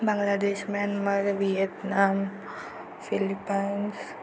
Bangladesh Myanmar Vietnam Philippines